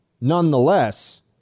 nonetheless